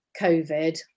Covid